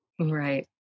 right